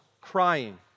crying